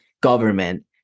government